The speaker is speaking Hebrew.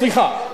סליחה,